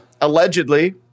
Allegedly